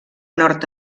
nord